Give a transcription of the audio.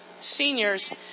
seniors